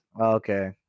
Okay